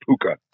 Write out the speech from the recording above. puka